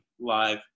live